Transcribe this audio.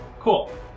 Cool